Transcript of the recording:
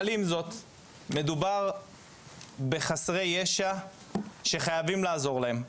אבל עם זאת מדובר בחסרי ישע שחייבים לעזור להם,